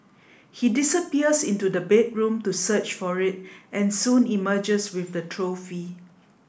he disappears into the bedroom to search for it and soon emerges with the trophy